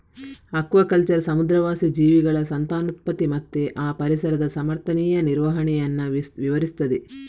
aquaculture ಸಮುದ್ರವಾಸಿ ಜೀವಿಗಳ ಸಂತಾನೋತ್ಪತ್ತಿ ಮತ್ತೆ ಆ ಪರಿಸರದ ಸಮರ್ಥನೀಯ ನಿರ್ವಹಣೆಯನ್ನ ವಿವರಿಸ್ತದೆ